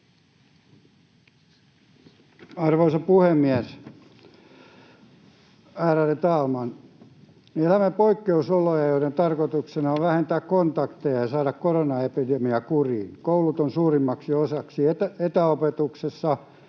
Arvoisa puhemies, ärade talman! Me elämme poikkeusoloja, joiden tarkoituksena on vähentää kontakteja ja saada koronaepidemia kuriin. Koulut ovat suurimmaksi osaksi etäopetuksessa,